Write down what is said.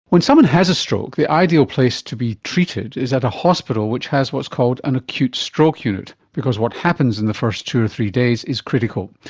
when someone has a stroke, the ideal place to be treated is at a hospital which has what's called an acute stroke unit, because what happens in the first two or three days is critical.